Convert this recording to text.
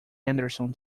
henderson